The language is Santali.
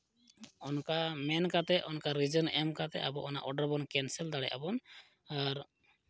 ᱚᱱᱠᱟ ᱢᱮᱱ ᱠᱟᱛᱮᱫ ᱚᱱᱠᱟ ᱨᱤᱡᱮᱱ ᱮᱢ ᱠᱟᱛᱮᱫ ᱟᱵᱚ ᱚᱱᱟ ᱚᱰᱟᱨ ᱵᱚᱱ ᱠᱮᱱᱥᱮᱞ ᱫᱟᱲᱮᱭᱟᱜᱼᱟ ᱵᱚᱱ ᱟᱨ